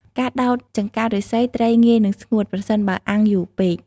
ការដោតចង្កាក់ឫស្សីត្រីងាយនឹងស្ងួត ប្រសិនបើអាំងយូរពេក។